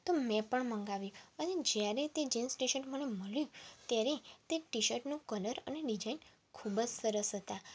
તો મેં પણ મગાવ્યું અને જયારે તે જીન્સ ટીશર્ટ મને મળ્યું ત્યારે તે ટીશર્ટનો કલર અને ડીઝાઇન ખૂબ જ સરસ હતાં